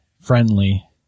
friendly